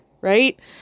right